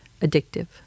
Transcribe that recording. addictive